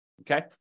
okay